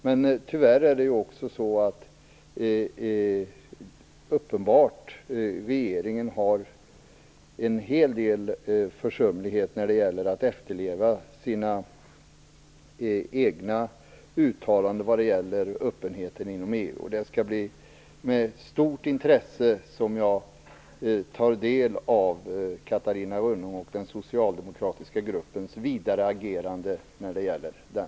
Men tyvärr har regeringen uppenbarligen varit försumlig när det gäller att efterleva sina egna uttalanden om öppenheten inom EU. Jag skall med stort intresse ta del av Catarina Rönnungs och den socialdemokratiska gruppens vidare agerande i det fallet.